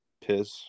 piss